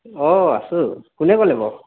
অঁ আছোঁ কোনে ক'লে বাৰু